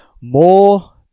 more